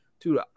Dude